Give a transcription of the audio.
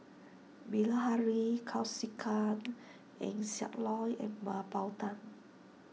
Bilahari Kausikan Eng Siak Loy and Mah Bow Tan